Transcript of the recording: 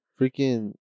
Freaking